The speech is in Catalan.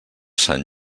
sant